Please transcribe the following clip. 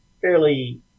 fairly